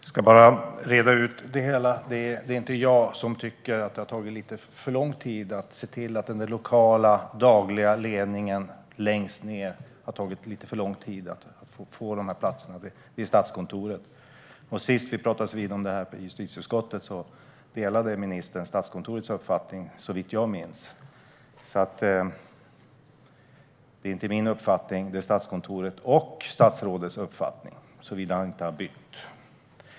Fru talman! Nu vill jag reda ut det hela. Det är inte jag som hävdar att det har tagit lite för lång tid att se till att den lokala dagliga ledningen längst ned finns på plats, utan det är Statskontoret som har hävdat det. När vi senast pratades vid om detta i justitieutskottet delade ministern Statskontorets uppfattning, såvitt jag minns. Det är alltså inte min uppfattning; det är Statskontorets och statsrådets, om han inte har bytt.